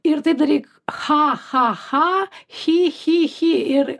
ir taip daryk cha cha cha chi chi chi ir